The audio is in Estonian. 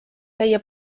käia